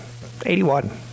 81